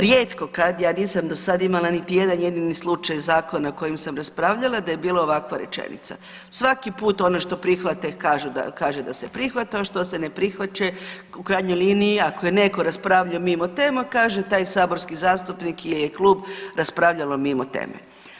Rijetko kad, ja nisam do sad imama niti jedan jedini slučaj zakona o kojem sam raspravljala, da je bila ovakva rečenica „Svaki put ono što prihvate, kaže da se prihvati, to što se ne prihvaća, u krajnjoj liniji, ako je netko raspravljao mimo tema, kaže taj saborski zastupnik ili klub je raspravljalo mimo teme.